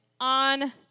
on